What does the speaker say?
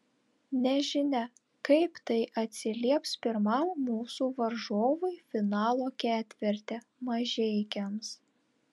nežinia kaip tai atsilieps pirmam mūsų varžovui finalo ketverte mažeikiams